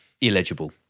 illegible